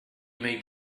may